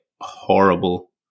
horrible